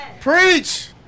Preach